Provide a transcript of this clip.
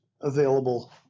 available